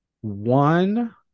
one